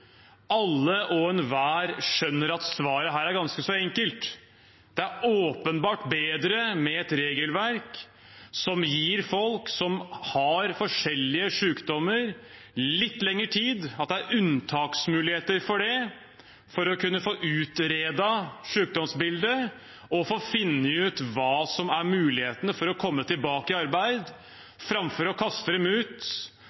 Alle og enhver skjønner at svaret er ganske enkelt. Det er åpenbart bedre med et regelverk som gir folk som har forskjellige sykdommer, litt lengre tid, at det er unntaksmuligheter for det, for å kunne få utredet sykdomsbildet og finne ut hva som er mulighetene for å komme tilbake i